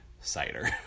cider